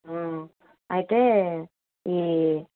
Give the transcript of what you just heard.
అయితే ఈ